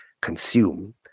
consume